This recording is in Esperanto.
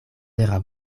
vera